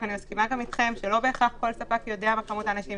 אני מסכימה גם אתכם שלא בהכרח כל ספק יודע מה כמות האנשים,